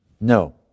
No